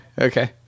Okay